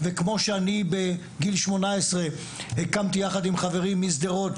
וכמו שאני בגיל 18 הקמתי יחד עם חברי משדרות